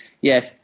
Yes